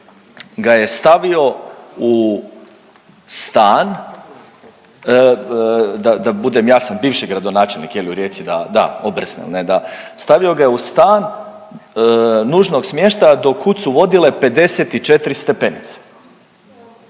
ga je stavio u stan da, da budem jasan bivši gradonačelnik jel u Rijeci, da, da Obersnel, ne da, stavio ga je u stan nužnog smještaja do kud su vodile 54 stepenice,